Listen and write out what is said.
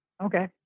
Okay